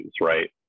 right